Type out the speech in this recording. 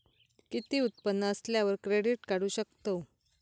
किती उत्पन्न असल्यावर क्रेडीट काढू शकतव?